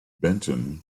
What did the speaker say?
benton